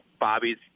Bobby's